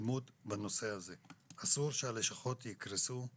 להתקדמות בנושא הזה, אסור שהלשכות יקרסו.